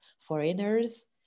foreigners